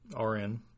RN